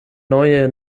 neue